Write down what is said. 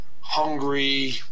hungry